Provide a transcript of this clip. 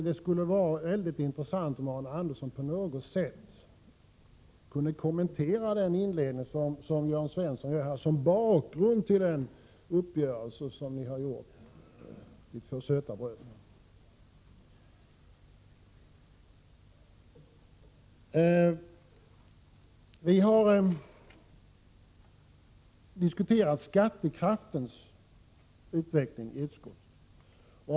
Det skulle vara mycket intressant om Arne Andersson på något sätt kunde kommentera den inledning som Jörn Svensson gör som bakgrund till den uppgörelse som ni har träffat. Vi har i utskottet diskuterat skattekraftens utveckling.